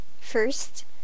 First